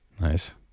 Nice